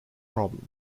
problem